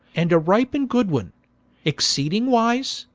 and a ripe, and good one exceeding wise,